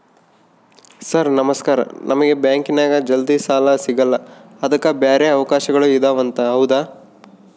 Sir ನಮಸ್ಕಾರ ನಮಗೆ ಬ್ಯಾಂಕಿನ್ಯಾಗ ಜಲ್ದಿ ಸಾಲ ಸಿಗಲ್ಲ ಅದಕ್ಕ ಬ್ಯಾರೆ ಅವಕಾಶಗಳು ಇದವಂತ ಹೌದಾ?